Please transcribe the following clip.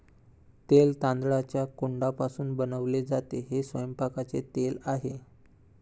तेल तांदळाच्या कोंडापासून बनवले जाते, ते स्वयंपाकाचे तेल आहे